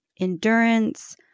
endurance